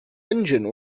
engine